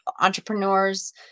entrepreneurs